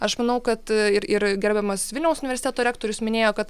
aš manau kad ir ir gerbiamas vilniaus universiteto rektorius minėjo kad